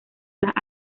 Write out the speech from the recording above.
las